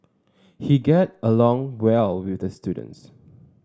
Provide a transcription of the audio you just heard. he get along well with the students